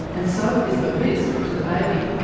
and so is the risk to the baby.